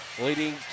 leading